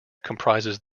comprises